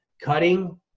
cutting